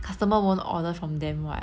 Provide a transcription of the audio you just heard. customer won't order from them what